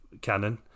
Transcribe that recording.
canon